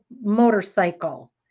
motorcycle